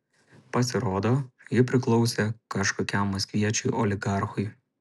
pasirodo ji priklausė kažkokiam maskviečiui oligarchui